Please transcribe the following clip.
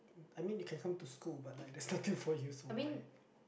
I mean you can come to school but like there's nothing for you so why